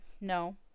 No